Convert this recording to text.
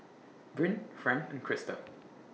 Bryn Fran and Crysta